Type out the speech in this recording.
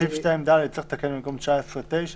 סעיף 2(ד) צריך לתקן: במקום "19" צריך להיות "9",